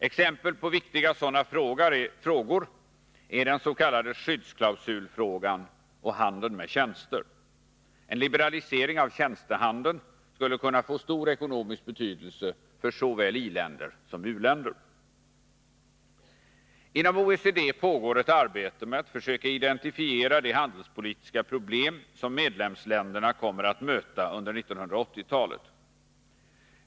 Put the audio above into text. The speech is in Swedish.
Exempel på viktiga sådana frågor är den s.k. skyddsklausulfrågan och handeln med tjänster. En liberalisering av tjänstehandeln skulle kunna få stor ekonomisk betydelse för såväl i-länder som många u-länder. Inom OECD pågår ett arbete med att försöka identifiera de handelspolitiska problem som medlemsländerna kommer att möta under 1980-talet.